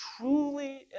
truly